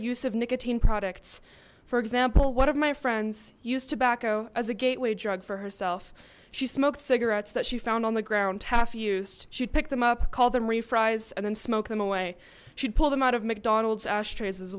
use of nicotine products for example one of my friends used to bacco as a gateway drug for herself she smoked cigarettes that she found on the ground half used she'd pick them up call them or fries and then smoke them away she'd pull them out of mcdonald's ashtrays as